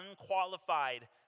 unqualified